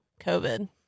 COVID